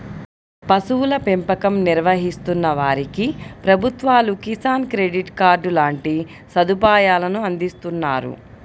పశువుల పెంపకం నిర్వహిస్తున్న వారికి ప్రభుత్వాలు కిసాన్ క్రెడిట్ కార్డు లాంటి సదుపాయాలను అందిస్తున్నారు